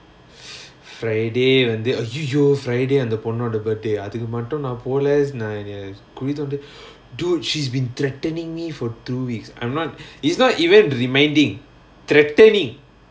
friday வந்து:vanthu !aiyoyo! friday அந்த பொண்ணோட:antha ponnoda birthday அதுக்கு மட்டும் நா போல நா எனய குழி தோண்டி:athukku matum naa pola naa enaya kuli thondi dude she's been threatening me for two weeks I'm not it's not even reminding threatening